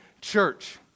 church